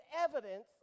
evidence